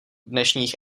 dnešních